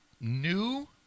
new